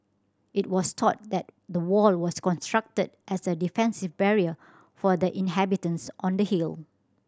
it was thought that the wall was constructed as a defensive barrier for the inhabitants on the hill